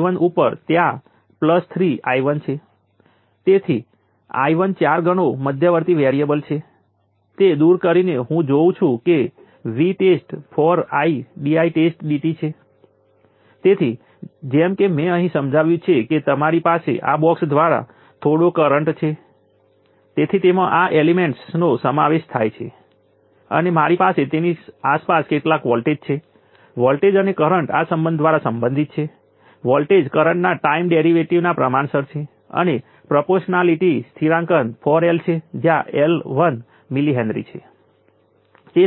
t ઉપર સંગ્રહિત energy બરાબર 10 માઇક્રો સેકન્ડ જે 12CVc2છે જ્યાં મારે 10 માઇક્રો સેકન્ડ ઉપર કેપેસિટર વોલ્ટેજનું મૂલ્ય અડધુ 10 નેનો ફેરાડ્સ 5V2છે મૂળભૂત રીતે આપણે અહીં આ બિંદુ તરફ જોઈ રહ્યા છીએ જે 125 નેનો જુલ્સ છે